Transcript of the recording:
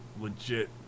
legit